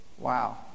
Wow